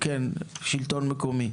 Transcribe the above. כן, שלטון מקומי.